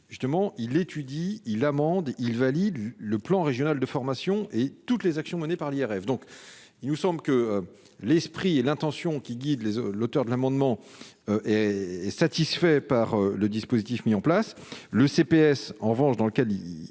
justement, il étudie il amende il valide le plan régional de formation et toutes les actions menées par les rêves, donc il nous semble que l'esprit et l'intention qui guide les eaux, l'auteur de l'amendement est satisfait par le dispositif mis en place le CPAS. En revanche, dans lequel il